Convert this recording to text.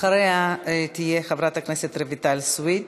אחריה, חברי הכנסת רויטל סויד,